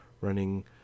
running